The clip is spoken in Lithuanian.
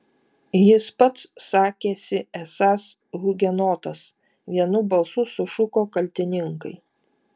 jis pats sakėsi esąs hugenotas vienu balsu sušuko kaltininkai